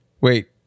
Wait